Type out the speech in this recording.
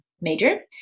major